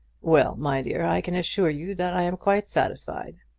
well, my dear, i can assure you that i am quite satisfied.